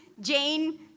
Jane